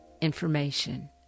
information